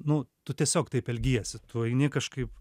nu tu tiesiog taip elgiesi tu eini kažkaip